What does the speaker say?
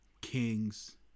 Kings